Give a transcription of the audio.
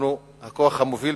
אנחנו הכוח המוביל,